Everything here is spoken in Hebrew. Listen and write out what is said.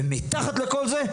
ומתחת לכל זה,